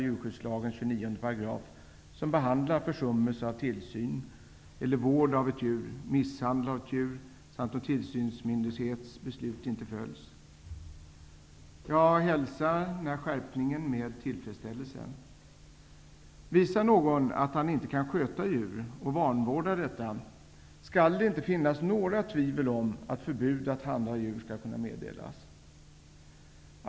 Jag hälsar denna skärpning med tillfredsställelse. Visar någon att han inte kan sköta djur, och vanvårdar dem, skall det inte finnas några tvivel om att förbud att handha djur skall kunna meddelas.